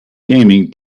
gaming